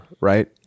right